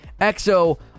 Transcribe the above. Exo